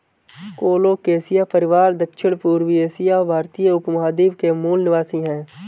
colocasia परिवार दक्षिणपूर्वी Asia और भारतीय उपमहाद्वीप के मूल निवासी है